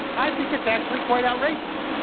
i think it's actually quite outrageous.